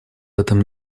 этом